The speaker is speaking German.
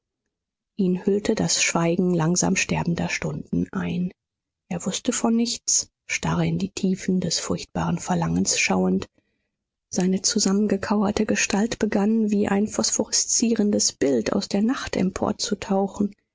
ihn hüllte das schweigen langsam sterbender stunden ein er wußte von nichts starr in die tiefen des furchtbaren verlangens schauend seine zusammengekauerte gestalt begann wie ein phosphoreszierendes bild aus der nacht emporzutauchen